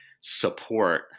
support